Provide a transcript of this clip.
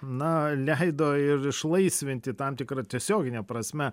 na leido ir išlaisvinti tam tikra tiesiogine prasme